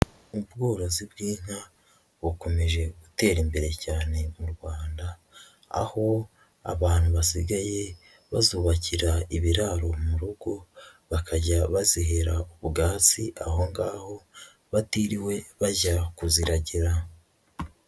Ubworozi bw'inka bukomeje gutera imbere cyane mu Rwanda, aho abantu basigaye bazubakira ibiraro mu rugo bakajya bazihera ubwatsi aho ngaho batiriwe bajya kuziragira.